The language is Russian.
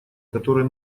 который